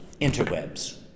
Interwebs